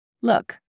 Look